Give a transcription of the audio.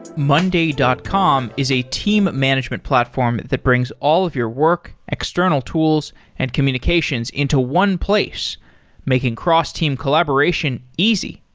monday dot com is a team management platform that brings all of your work, external tools and communications into one place making cross-team collaboration easy.